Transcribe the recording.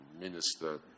Minister